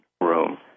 room